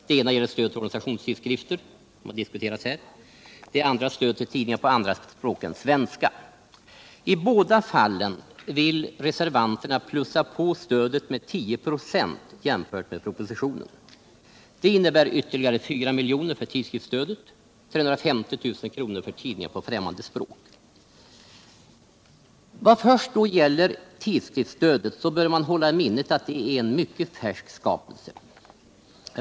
Den ena gäller stöd till organisationstidskrifter, den andra stöd till tidningar på andra språk än svenska. I båda fallen vill reservanterna plussa på stödet med 10 96 jämfört med propositionen. Det innebär ytterligare 4 milj.kr. för tidskriftsstödet och 350 000 kr. för tidningar på främmande språk. Vad först då gäller tidskriftsstödet så bör man hålla i minnet att det är en mycket färsk skapelse.